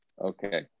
Okay